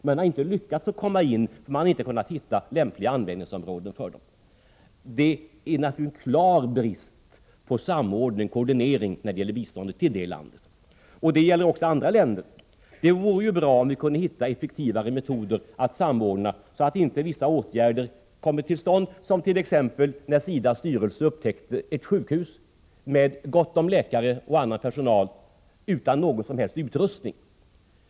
Man har inte lyckats, för man har inte kunnat hitta lämpliga användningsområden för pengarna. Det är naturligtvis en klar brist på koordinering när det gäller biståndet till det landet. Det gäller också andra länder. Det vore bra om vi kunde hitta effektivare metoder för samordning, så att inte vissa åtgärder kommer till stånd på ett mindre bra sätt. SIDA:s styrelse upptäckte t.ex. ett sjukhus med gott om läkare och annan personal, men utan utrustning.